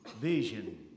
vision